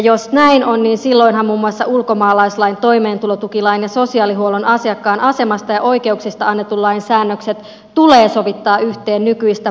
jos näin on niin silloinhan muun muassa ulkomaalaislain toimeentulotukilain ja sosiaalihuollon asiakkaan asemasta ja oikeuksista annetun lain säännökset tulee sovittaa yhteen nykyistä paremmin